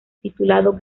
titulado